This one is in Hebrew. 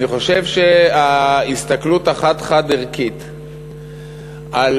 אני חושב שההסתכלות החד-חד-ערכית על